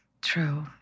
True